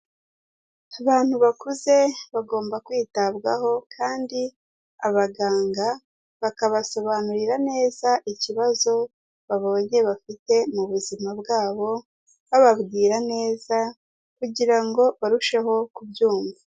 Abantu bakuze bagomba kwitabwaho, kandi abaganga bakabasobanurira neza, ikibazo babonyeye bafite mu buzima bwabo, bababwira neza kugira ngo barusheho kubyumva.